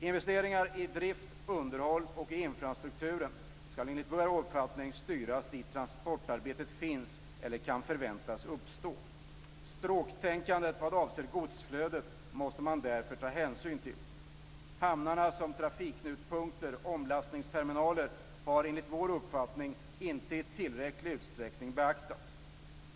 Investeringar i drift, underhåll och infrastruktur skall enligt vår uppfattning styras dit där transportarbetet finns eller kan förväntas uppstå. Stråktänkandet vad avser godsflödet måste man därför ta hänsyn till. Hamnarna som trafikknutpunkter/omlastningsterminaler har enligt vår uppfattning inte beaktats i tillräcklig utsträckning.